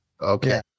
Okay